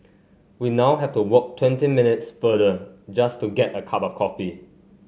we now have to walk twenty minutes further just to get a cup of coffee